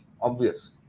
obvious